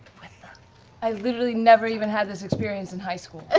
i literally never even had this experience in high school,